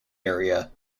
area